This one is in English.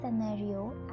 scenario